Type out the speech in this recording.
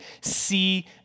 see